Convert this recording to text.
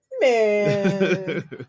man